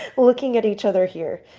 looking at each other here.